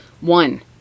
One